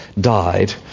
died